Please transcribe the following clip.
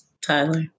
tyler